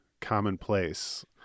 commonplace